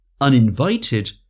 uninvited